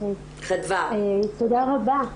תודה רבה.